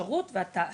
האפשרות והתעש.